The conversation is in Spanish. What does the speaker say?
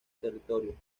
territorio